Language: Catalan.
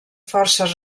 forces